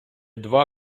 два